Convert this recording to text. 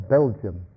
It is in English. Belgium